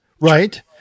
right